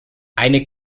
eine